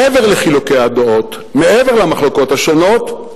מעבר לחילוקי הדעות, מעבר למחלוקות השונות,